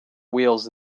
wheels